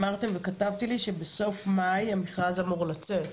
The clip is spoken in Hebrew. אמרתם וכתבתי לי שבסוף מאי המכרז אמור לצאת.